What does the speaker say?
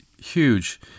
huge